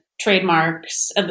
Trademarks